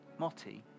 Motti